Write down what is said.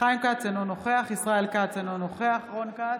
חיים כץ, אינו נוכח ישראל כץ, אינו נוכח רון כץ,